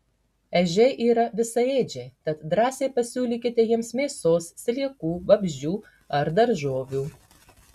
ežiai yra visaėdžiai tad drąsiai pasiūlykite jiems mėsos sliekų vabzdžių ar daržovių